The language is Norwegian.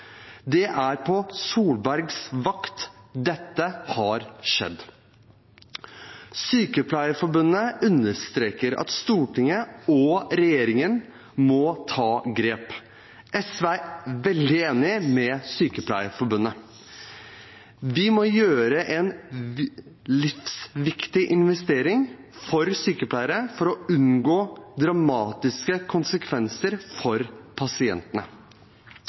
Det er på Solbergs vakt dette har skjedd. Sykepleierforbundet understreker at Stortinget og regjeringen må ta grep. SV er veldig enig med Sykepleierforbundet. Vi må gjøre en livsviktig investering for sykepleiere for å unngå dramatiske konsekvenser for pasientene.